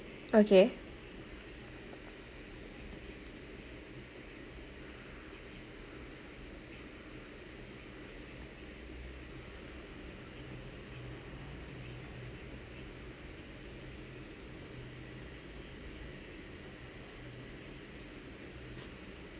okay